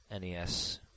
NES